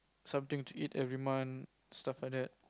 something to eat every month stuff like that